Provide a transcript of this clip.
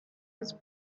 was